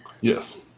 Yes